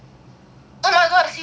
oh my god seeta also